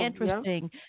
interesting